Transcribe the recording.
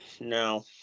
no